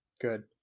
Good